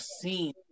seen